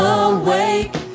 awake